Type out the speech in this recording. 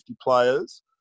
players